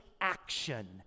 action